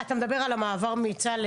אני מדבר על המדבר על